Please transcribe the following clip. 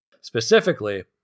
Specifically